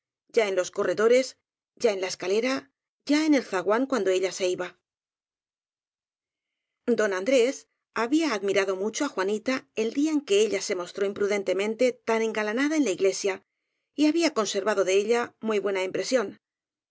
ya en los corredores ya en la escalera ya en el zaguán cuando ella se iba don andrés había admirado mucho á juanita el día en que ella se mostró imprudentemente tan engalanada en la iglesia y había conservado de ella muy buena impresión